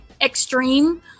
Extreme